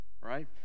right